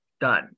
done